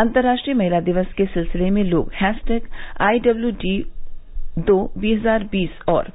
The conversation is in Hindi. अंतरराष्ट्रीय महिला दिवस के सिलसिले में लोग हैशटैग आई डब्ल्यू डी दो हजार बीस और